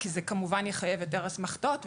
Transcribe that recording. כי זה כמובן יחייב יותר אסמכתאות.